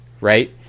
right